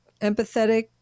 empathetic